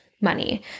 money